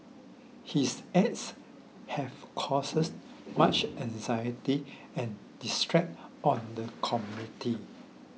his acts have causes much anxiety and distress on the community